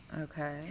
Okay